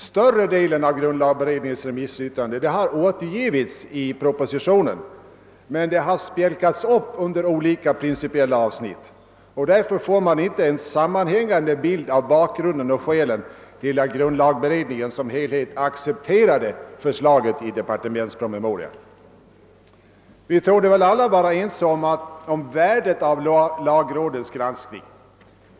Större delen av grundlagberedningens remissyttrande har återgivits i propositionen, men det har spjälkats upp under olika principiella avsnitt, och därför får man inte en sammanhängande bild av bakgrunden och skälen till att grundlagberedningen som helhet har accepterat förslaget i departementspromemorian. Vi torde väl alla vara ense om värdet av lagrådets granskning.